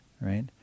right